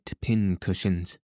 pin-cushions